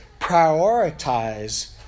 prioritize